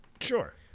Sure